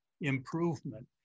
improvement